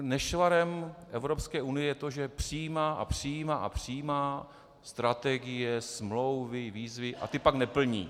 Nešvarem Evropské unie je to, že přijímá a přijímá a přijímá strategie, smlouvy, výzvy a ty pak neplní.